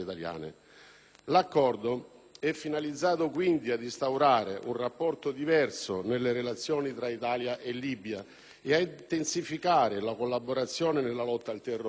L'Accordo è finalizzato quindi ad instaurare un rapporto diverso nelle relazioni tra Italia e Libia e ad intensificare la collaborazione nella lotta al terrorismo,